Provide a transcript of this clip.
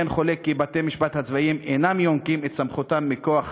אין חולק כי בתי-המשפט הצבאיים אינם יונקים את סמכותם מכוח